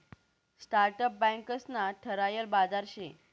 startup banks ना ठरायल बाजार शे